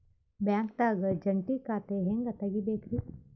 ಬ್ಯಾಂಕ್ದಾಗ ಜಂಟಿ ಖಾತೆ ಹೆಂಗ್ ತಗಿಬೇಕ್ರಿ?